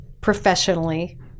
professionally